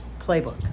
playbook